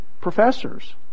professors